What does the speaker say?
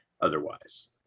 otherwise